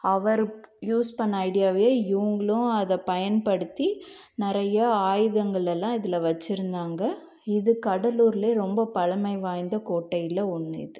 அவர் use பண்ண ஐடியாவயே இவங்களும் அதை பயன்படுத்தி நிறைய ஆயுதங்களெல்லாம் இதில் வச்சிருந்தாங்கள் இது கடலூர்லே ரொம்ப பழமை வாய்ந்த கோட்டையில் ஒன்று இது